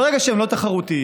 ברגע שהם לא תחרותיים,